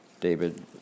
David